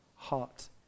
Heart